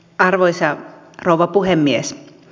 arvoisa rouva puhemies